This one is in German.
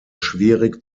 schwierig